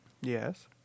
yes